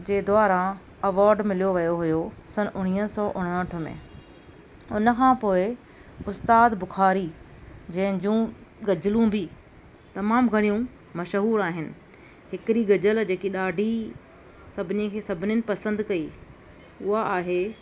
जे द्वारा अवॉर्ड मिलियो वियो हुयो सन उणवीह सौ उणहठि में उनखां पोइ उस्ताद बुखारी जंहिं जूं गज़लूं बि तमामु घणियूं मशहूरु आहिनि हिकिड़ी गज़ल जेकी ॾाढी सभिनी खे सभिनीनि पसंदि कई उहा आहे